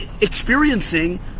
experiencing